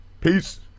Peace